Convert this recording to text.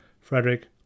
Frederick